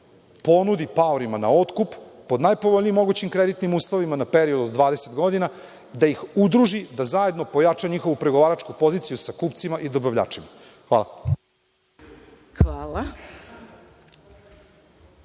ponudi paorima na otkup po najpovoljnijim mogućim kreditnim uslovima na period od 20 godina, da ih udruži da zajedno pojača njihovu pregovaračku poziciju sa kupcima i dobavljačima. Hvala.